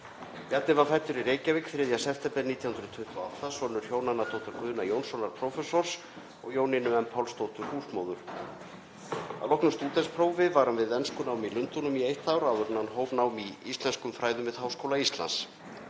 Bjarni var fæddur í Reykjavík 3. september 1928, sonur hjónanna dr. Guðna Jónssonar prófessors og Jónínu M. Pálsdóttur húsmóður. Að loknu stúdentsprófi var hann við enskunám í Lundúnum í eitt ár áður en hann hóf nám í íslenskum fræðum við Háskóla Íslands.